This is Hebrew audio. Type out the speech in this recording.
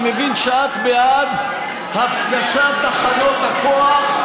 אני מבין שאת בעד הפצצת תחנות הכוח,